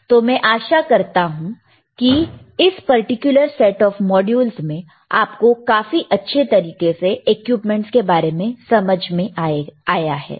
तो मैं आशा करता हूं कि इस पर्टिकुलर सेट ऑफ माड्यूल्स में आपको काफी अच्छी तरीके से इक्विपमेंट्स के बारे में समझ में आया है